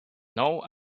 now